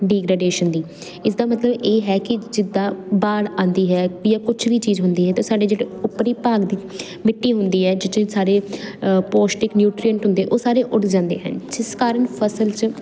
degradation ਦੀ ਇਸਦਾ ਮਤਲਬ ਇਹ ਹੈ ਕਿ ਜਿੱਦਾਂ ਵਾੜ ਆਉਂਦੀ ਹੈ ਜਾਂ ਕੁਛ ਵੀ ਚੀਜ ਹੁੰਦੀ ਹੈ ਤਾਂ ਸਾਡੇ ਜਿਹੜੇ ਉਪਰੀ ਭਾਗ ਦੀ ਮਿੱਟੀ ਹੁੰਦੀ ਹੈ ਜਿਹਚ ਸਾਰੇ ਪੌਸ਼ਟਿਕ ਨਿਊਟ੍ਰੀਅਨ ਹੁੰਦੇ ਉਹ ਸਾਰੇ ਉੱਡ ਜਾਂਦੇ ਹਨ ਜਿਸ ਕਾਰਨ ਫਸਲ 'ਚ